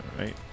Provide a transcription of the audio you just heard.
right